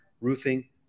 roofing